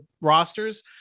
rosters